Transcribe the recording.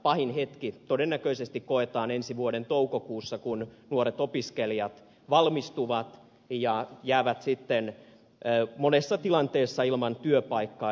pahin hetki todennäköisesti koetaan ensi vuoden toukokuussa kun nuoret opiskelijat valmistuvat ja jäävät sitten monessa tilanteessa ilman työpaikkaa